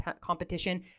competition